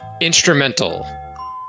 Instrumental